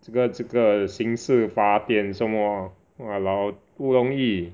这个这个刑事法典什么 !walao! 不容易